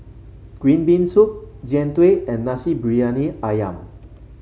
Green Bean Soup Jian Dui and Nasi Briyani ayam